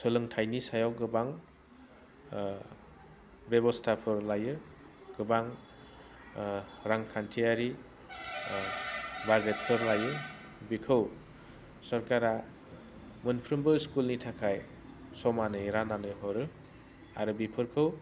सोलोंथाइनि सायाव गोबां बेबस्थाखौ लायो गोबां रांखान्थियारि बाजेतफोर लायो बिखौ सरकारा मोनफ्रोमबो स्कुलनि थाखाय समानै रान्नानै हरो आरो बेफोरखौ